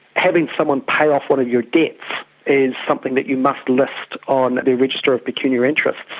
having someone pay off one of your debts is something that you must list on the register of pecuniary interests.